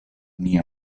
mia